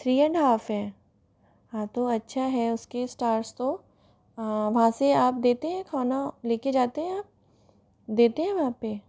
three and half है हाँ तो अच्छा है उसके स्टार्स तो वहाँ से आप देते हैं खाना लेकर जाते हैं देते हैं वहाँ पर